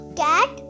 cat